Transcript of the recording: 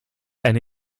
eine